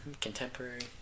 Contemporary